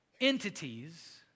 entities